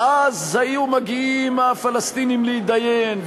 אז היו מגיעים הפלסטינים להתדיין,